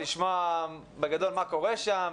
לשמוע בגדול מה קורה שם?